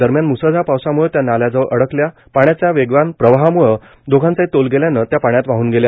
दरम्यान मुसळधार पावसाम्ळे त्या नाल्याजवळ अडकल्या पाण्याच्या वेगवान प्रावाहामुळे दोघींचाही तोल गेल्यानं त्या पाण्यात वाहन गेल्या